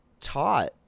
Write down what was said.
taught